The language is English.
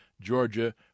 Georgia